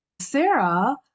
Sarah